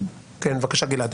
כבוד האדם וחירותו.